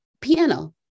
Piano